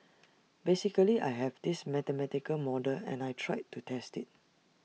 basically I have this mathematical model and I tried to test IT